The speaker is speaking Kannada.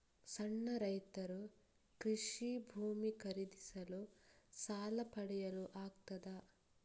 ಸಣ್ಣ ರೈತರು ಕೃಷಿ ಭೂಮಿ ಖರೀದಿಸಲು ಸಾಲ ಪಡೆಯಲು ಆಗ್ತದ?